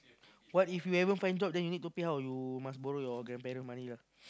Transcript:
what if you ever find job then you need to pay how you must borrow your grandparent money lah